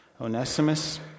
Onesimus